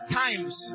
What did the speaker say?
times